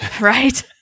right